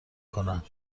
کنند